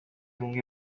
umwe